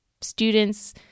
students